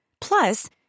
Plus